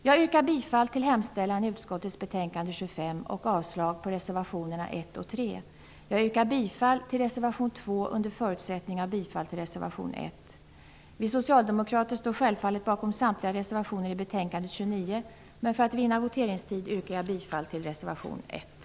Jag yrkar bifall till hemställan i utskottets betänkande nr 25 och avslag på reservationerna nr 1 och 3. Jag yrkar bifall till reservation 2 under förutsättning av bifall till reservation 1. Vi socialdemokrater står självfallet bakom samtliga reservationer i betänkande nr 29, men för att vinna voteringstid yrkar jag bifall till reservation 1.